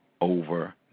over